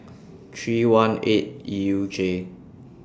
three one eight E U J